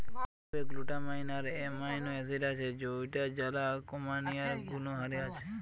বাঁধাকপিরে glutamine আর amino acid আছে যৌটার জ্বালা কমানিয়ার গুণহারি আছে